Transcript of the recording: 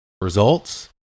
results